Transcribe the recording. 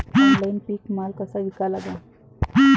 Online पीक माल कसा विका लागन?